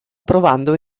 provando